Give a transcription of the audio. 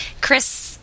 Chris